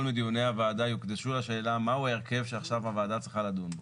מדיוני הוועדה יוקדשו לשאלה מהו ההרכב שעכשיו הוועדה צריכה לדון בו.